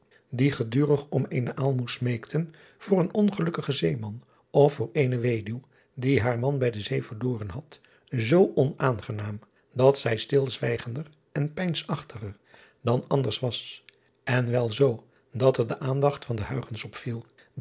die gedurig om eene aalmoes smeekten voor een ongelukkigen zeeman of voor eene weduw die haar man bij de zee verloren had zoo onaangenaam dat zij stilzwijgender en peinsachtiger dan anders was driaan oosjes zn et leven van illegonda uisman en wel zoo dat er de aandacht van op